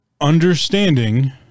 understanding